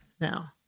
now